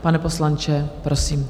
Pane poslanče, prosím.